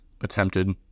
attempted